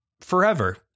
forever